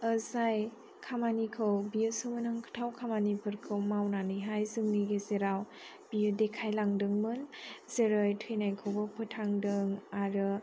जाय खामानिखौ बियो सोमोनांथाव खामानिफोरखौ मावनानैहाय जोंनि गेजेराव बियो देखायलांदोमोन जेरै थैनायखौबो फोथांदों आरो